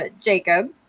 Jacob